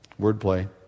Wordplay